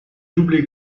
doublé